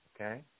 okay